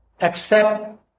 accept